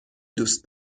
دوست